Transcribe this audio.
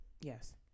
Yes